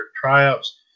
tryouts